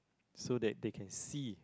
so that they can see